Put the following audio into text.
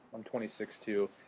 i'm twenty six too,